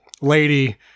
lady